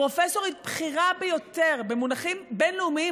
פרופסורית בכירה ביותר במונחים בין-לאומיים,